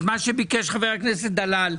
את מה שביקש חבר הכנסת דלל.